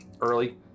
early